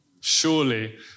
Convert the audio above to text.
Surely